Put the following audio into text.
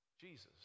Jesus